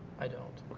i don't.